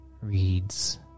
reads